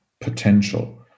potential